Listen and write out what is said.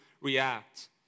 react